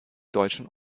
deutschen